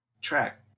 track